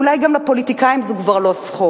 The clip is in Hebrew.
אולי גם לפוליטיקאים זו כבר לא סחורה,